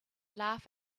laugh